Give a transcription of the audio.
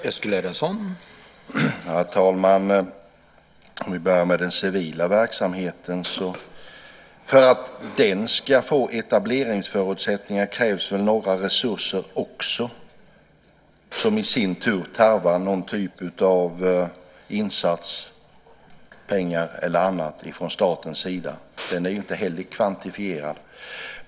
Herr talman! Jag börjar med den civila verksamheten. För att den ska få etableringsförutsättningar krävs väl några resurser också, som i sin tur tarvar någon typ av insats, pengar eller annat, från statens sida. Den är inte heller kvantifierad.